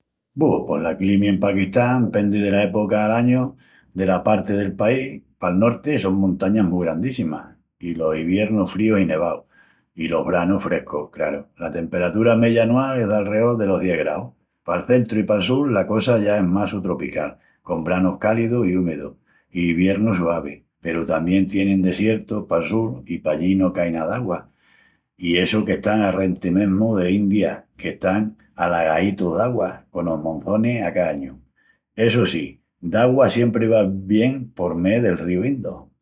Bu, pos la climi en Paquistán pendi dela epoca'l añu i dela parti del pais. Pal Norti son montañas mu grandíssimas i los iviernus fríus i nevaus, i los branus frescus, craru. La temperatura meya anual es d'alreol delos dies graus. Pal centru i pal sul la cosa ya es más sutropical, con branus cálidus i úmidus, i iviernus suavis. Peru tamién tienin desiertus pal sul i pallí no cai na d'augua. I essu qu'están arrenti mesmu de India, qu'están alagaítus d'augua conos monzonis a ca añu. Essu sí, d'augua siempri van bien por mé del ríu Indo.